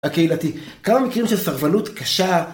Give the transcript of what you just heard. הקהילתי. כמה מקרים של סרבנות קשה.